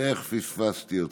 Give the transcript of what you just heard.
איך פספסתי אותך.